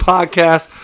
Podcast